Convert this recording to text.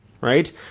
Right